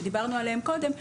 שדיברנו עליהן קודם,